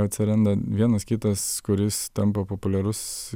atsiranda vienas kitas kuris tampa populiarus